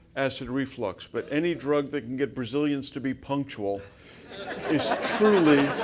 acid reflux, but any drug that can get brazilians to be punctual is truly,